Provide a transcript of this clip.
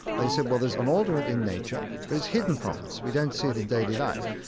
they said, well, there's an order in nature, but it's hidden from us. we don't see it in daily life.